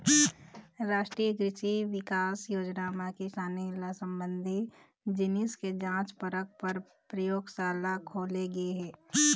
रास्टीय कृसि बिकास योजना म किसानी ले संबंधित जिनिस के जांच परख पर परयोगसाला खोले गे हे